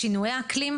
לשינויי האקלים,